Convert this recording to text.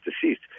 deceased